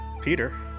Peter